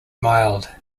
mild